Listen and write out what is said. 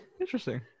Interesting